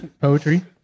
Poetry